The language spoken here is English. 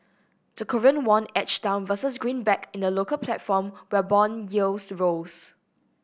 the Korean won edged down versus greenback in the local platform while bond yields rose